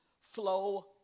flow